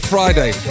Friday